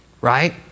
right